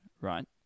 right